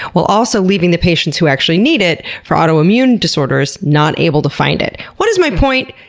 while also leaving the patients who actually need it for autoimmune disorders not able to find it. what is my point?